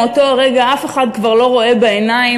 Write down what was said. מאותו הרגע אף אחד כבר לא רואה בעיניים,